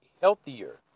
healthier